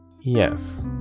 yes